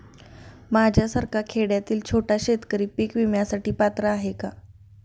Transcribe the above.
माझ्यासारखा खेड्यातील छोटा शेतकरी पीक विम्यासाठी पात्र आहे का?